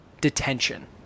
detention